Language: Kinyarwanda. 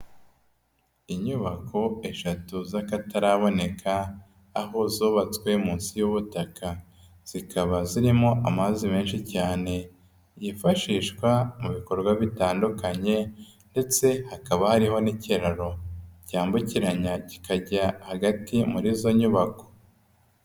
Inyubako eshatu z'akataraboneka, aho zubatswe munsi y'ubutaka, zikaba zirimo amazi menshi cyane, yifashishwa mu bikorwa bitandukanye, ndetse hakaba hariho n'ikiraro cyambukiranya kikajya hagati muri izo nyubako.